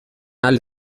ahal